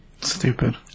Stupid